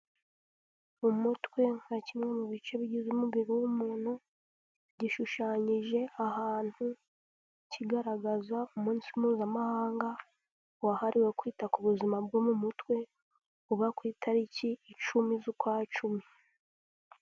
Umutwe nka kimwe mu bice bigize umubiri w'umuntu gishushanyije ahantu kigaragaza umunsi mpuzamahanga wahariwe kwita ku buzima bwo mu mutwe, uba ku itariki icumi z'ukwa cumi.